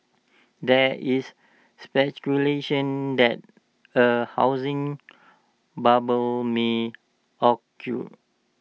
there is speculation that A housing bubble may